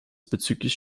bezüglich